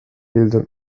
bilden